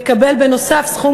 יקבל בנוסף סכום,